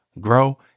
grow